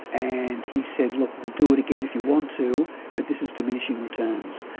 and he said, look, we'll do it again if you want to but this is diminishing returns.